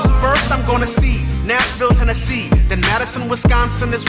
first, i'm gonna see nashville, tennessee then madison, wisconsin, is